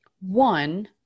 One